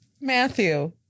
Matthew